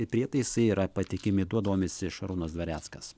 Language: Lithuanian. prietaisai yra patikimi tuo domisi šarūnas dvareckas